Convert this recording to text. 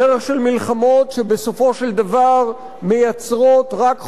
דרך של מלחמות שבסופו של דבר מייצרות רק חורבן,